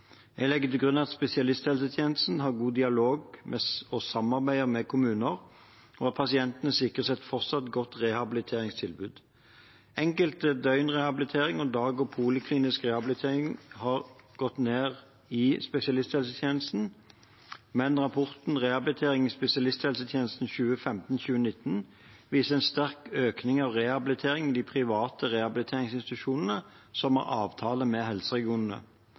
Jeg legger til grunn at spesialisthelsetjenesten har god dialog med og samarbeider med kommuner, og at pasientene sikres et fortsatt godt rehabiliteringstilbud. Enkel døgnrehabilitering og dag- og poliklinisk rehabilitering har gått ned i spesialisthelsetjenesten, men rapporten Rehabilitering i spesialisthelsetjenesten 2015–2019 viser en sterk økning av rehabilitering i de private rehabiliteringsinstitusjonene som har avtale med helseregionene.